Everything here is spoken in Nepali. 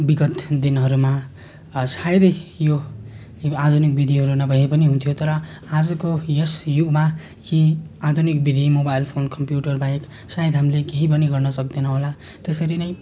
विगत दिनहरूमा सायदै यो आधुनिक विधिहरू नभए पनि हुन्थ्यो तर आजको यस युगमा यी आधुनिक विधि मोबाइल फोन कम्प्युटर बाहेक सायद हामीले केही पनि गर्न सक्दैनौँ होला त्यसरी नै